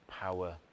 power